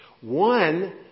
One